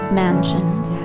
mansions